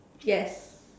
yes